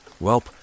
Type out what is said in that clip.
Welp